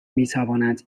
میتوانند